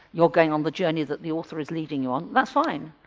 you're going on the journey that the author is leading you on that's fine.